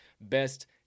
best